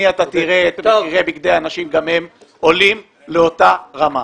אתה תראה את מחירי בגדי הנשים שגם הם עולים לאותה רמה.